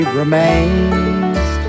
remains